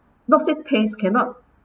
not say taste cannot